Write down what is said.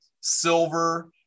silver